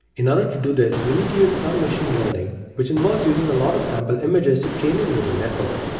in order to do this, we need to use some machine learning which involves using a lot of sample images to train a neural network.